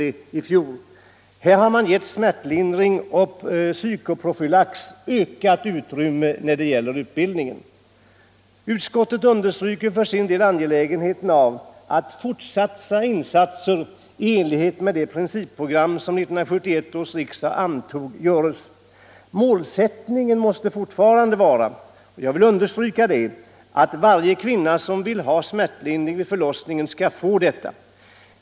I den nya läroplanen har man gett smärtlindring och psykoprofylax vidgat utrymme i utbildningen. Utskottet understryker för sin del angelägenheten av att fortsatta insatser i enlighet med det principprogram som 1971 års riksdag antog görs. Målsättningen måste fortfarande vara — jag vill understryka det — att varje kvinna som vill ha smärtlindring vid förlossningen skall få sådan.